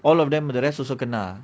all of them are the rest also kena